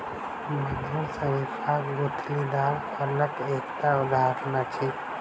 मधुर शरीफा गुठलीदार फलक एकटा उदहारण अछि